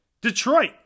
Detroit